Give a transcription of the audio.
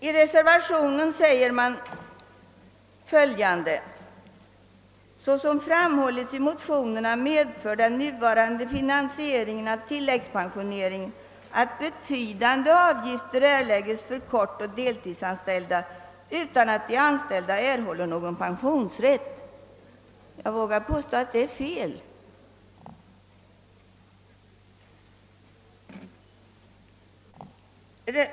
I reservationen säger man följande: »Såsom framhåilits i motionerna medför den nuvarande finansieringen av tilläggspensioneringen att betydande avgifter erlägges för kortoch deltidsanställda utan att de anställda erhåller någon pensionsrätt.» Jag vågar påstå att det är fel.